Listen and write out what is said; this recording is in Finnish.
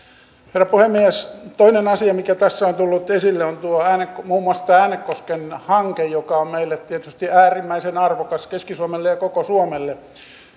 herra puhemies toinen asia mikä tässä on tullut esille on muun muassa tämä äänekosken hanke joka on meille tietysti äärimmäisen arvokas keski suomelle ja koko suomelle